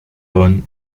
bonn